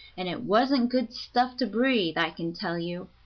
and it wasn't good stuff to breathe, i can tell you.